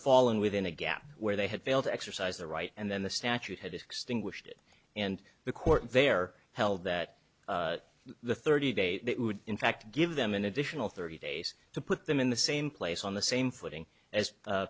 falling within a gap where they had failed to exercise their right and then the statute had extinguished it and the court there held that the thirty day would in fact give them an additional thirty days to put them in the same place on the same footing as